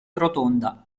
rotonda